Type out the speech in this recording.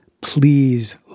please